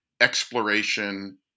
exploration